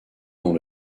dont